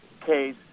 case